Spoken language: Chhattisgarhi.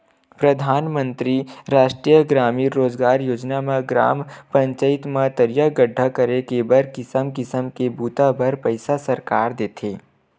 परधानमंतरी रास्टीय गरामीन रोजगार योजना म ग्राम पचईत म तरिया गड्ढ़ा करे के बर किसम किसम के बूता बर पइसा सरकार देथे